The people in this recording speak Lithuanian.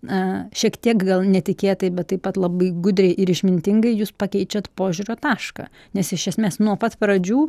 na šiek tiek gal netikėtai bet taip pat labai gudriai ir išmintingai jūs pakeičiat požiūrio tašką nes iš esmės nuo pat pradžių